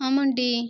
ஆமாம்டி